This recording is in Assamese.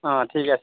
অ' ঠিক আছে